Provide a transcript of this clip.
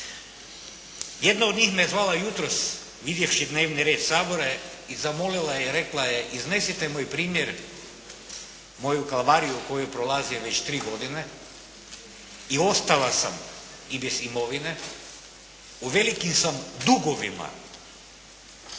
Jedna od njih me zvala jutros vidjevši dnevni red Sabora i zamolila i rekla je, iznesite moj primjer, moju kalvariju koju prolazim već tri godine i ostala sam i bez imovine, u velikim sam dugovima,